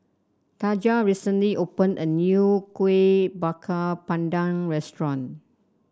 Taja recently opened a new Kuih Bakar Pandan restaurant